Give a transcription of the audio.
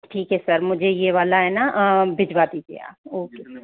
ठीक है सर मुझे ये वाला है ना भिजवा दीजिए आप ओके